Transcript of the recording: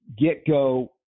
get-go